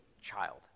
child